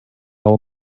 all